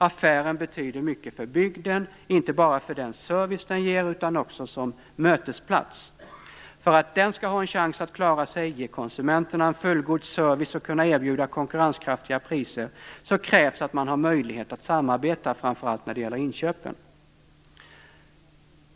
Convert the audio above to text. Affären betyder mycket för bygden - inte bara för den service den ger utan också som mötesplats. För att den skall ha en chans att klara sig, ge konsumenterna en fullgod service och kunna erbjuda konkurrenskraftiga priser krävs att man har möjlighet att samarbeta, framför allt när det gäller inköpen.